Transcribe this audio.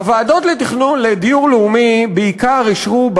הוועדות לדיור לאומי בעיקר אישרו,